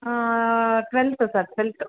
ಹಾಂ twelfth sir twelfth